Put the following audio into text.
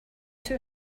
too